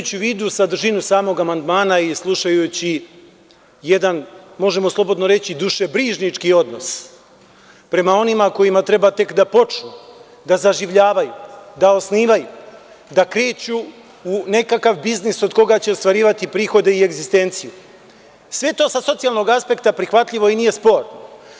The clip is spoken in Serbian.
Imajući u vidu sadržinu samog amandmana i slušajući jedan, možemo slobodno reći, dušebrižnički odnos prema onima kojima treba tek da počnu, da zaživljavaju, da osnivaju, da kreću u nekakav biznis od koga će ostvarivati prihode i egzistenciju, sve to sa socijalnog aspekta je prihvatljivo i nije sporno.